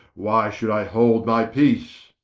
why should i hold my peace?